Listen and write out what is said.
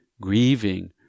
grieving